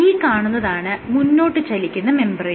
ഈ കാണുന്നതാണ് മുന്നോട്ട് ചലിക്കുന്ന മെംബ്രേയ്ൻ